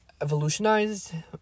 Evolutionized